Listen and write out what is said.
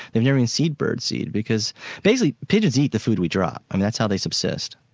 they've never even seen birdseed because basically pigeons eat the food we drop, and that's how they subsist.